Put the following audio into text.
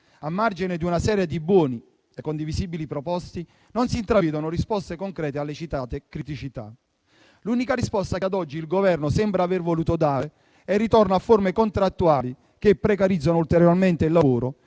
a margine di una serie di buoni e condivisibili propositi, non si intravedono risposte concrete alle citate criticità, l'unica risposta che ad oggi il Governo sembra aver voluto dare è il ritorno a forme contrattuali che precarizzano ulteriormente il lavoro